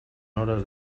hores